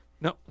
No